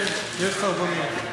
כן, יש שר במליאה.